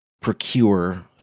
procure